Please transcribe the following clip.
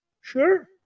Sure